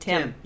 Tim